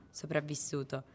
sopravvissuto